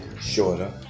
Shorter